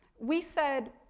we said,